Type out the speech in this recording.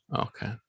okay